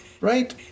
right